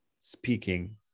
speaking